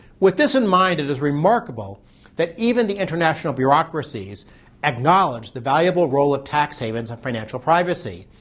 with this in mind, it is remarkable that even the international bureaucracies acknowledged the valuable role of tax havens and financial privacy.